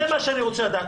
זה מה שאני רוצה לדעת.